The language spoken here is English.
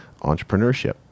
Entrepreneurship